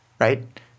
right